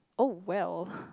oh well